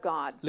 God